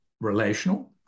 relational